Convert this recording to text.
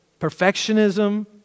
perfectionism